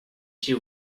she